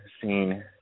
seen